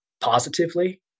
positively